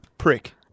Prick